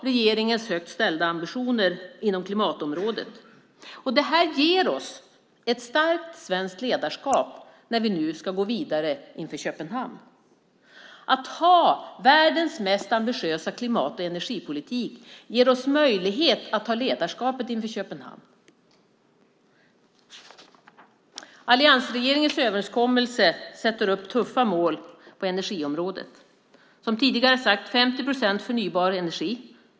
Regeringens högt ställda ambitioner inom klimatområdet tydliggörs också. Det här ger oss ett starkt svenskt ledarskap när vi nu ska gå vidare inför Köpenhamn. Att ha världens mest ambitiösa klimat och energipolitik ger oss möjlighet att ta ledarskapet inför Köpenhamn. Alliansregeringens överenskommelse sätter upp tuffa mål på energiområdet. Som tidigare sagts handlar det om 50 procent förnybar energi.